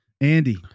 Andy